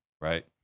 right